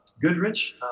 Goodrich